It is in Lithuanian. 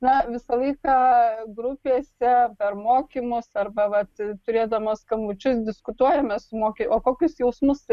na visą laiką grupėse per mokymus arba vat turėdamos skambučius diskutuojame sumoki o kokius jausmus